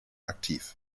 aktiv